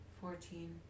Fourteen